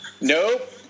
Nope